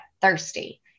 thirsty